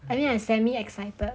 I mean I'm semi excited